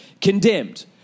condemned